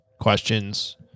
questions